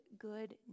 good